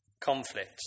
conflict